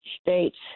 states